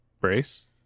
Brace